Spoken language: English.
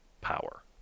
power